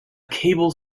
cable